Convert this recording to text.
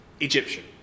Egyptian